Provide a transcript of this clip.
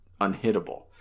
unhittable